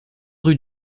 rue